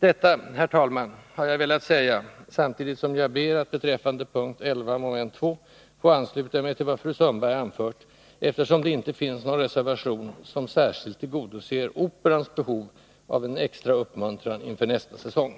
Detta, herr talman, har jag velat säga, samtidigt som jag ber att beträffande p. 11 mom. 2 få ansluta mig till vad fru Sundberg anfört, eftersom det inte finns någon reservation som särskilt tillgodoser Operans behov av en extra uppmuntran inför nästa säsong.